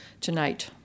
tonight